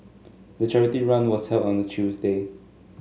the charity run was held on a Tuesday